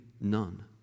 none